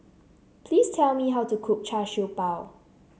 please tell me how to cook Char Siew Bao